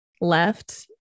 left